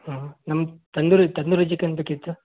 ಹ್ಞೂ ನಮ್ಗೆ ತಂದೂರಿ ತಂದೂರಿ ಚಿಕನ್ ಬೇಕಿತ್ತು